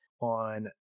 on